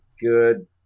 good